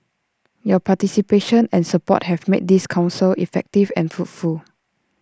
your participation and support have made this Council effective and fruitful